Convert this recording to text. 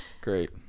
Great